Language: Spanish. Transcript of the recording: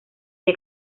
que